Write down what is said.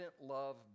love